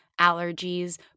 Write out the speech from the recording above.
allergies